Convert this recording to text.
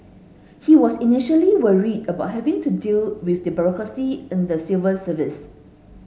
he was initially worried about having to deal with the bureaucracy in the civil service